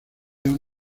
una